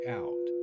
out